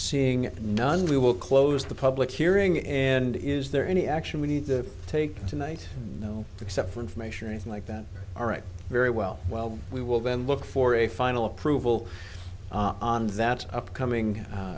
seeing none we will close the public hearing and is there any action we need to take tonight no except for information or anything like that all right very well well we will then look for a final approval on that upcoming